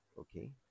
okay